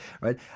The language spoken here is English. Right